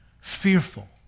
Fearful